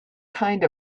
kind